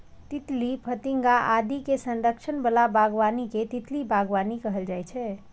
तितली, फतिंगा आदि के संरक्षण बला बागबानी कें तितली बागबानी कहल जाइ छै